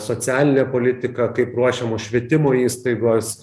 socialinė politika kaip ruošiamos švietimo įstaigos